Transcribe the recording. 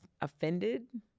offended